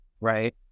right